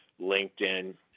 LinkedIn